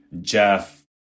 jeff